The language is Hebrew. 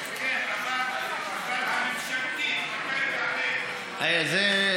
אבל הממשלתית, מתי היא,